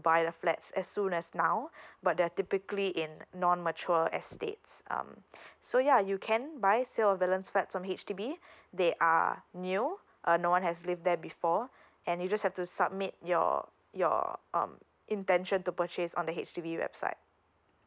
buy the flats as soon as now but they're typically in non mature estates um so ya you can buy sale of balance flats on H_D_B they are new no one has live there before and you just have to submit your your um intention to purchase on the H_D_B website